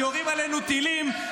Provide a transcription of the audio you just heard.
כשיורים עלינו טילים,